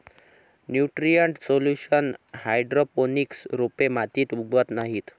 nutrient solution hydroponics रोपे मातीत उगवत नाहीत